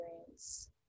experience